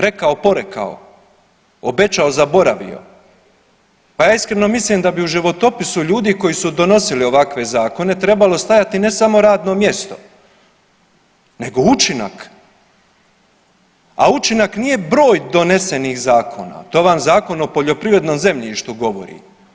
Rekao, porekao, obećao, zaboravio, pa ja iskreno mislim da bi u životopisu ljudi koji su donosili ovakve zakone trebalo stajati ne samo radno mjesto nego učinak, a učinak nije broj donesenih zakona, to vam Zakon o poljoprivrednom zemljištu govori.